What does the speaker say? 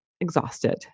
exhausted